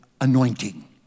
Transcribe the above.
anointing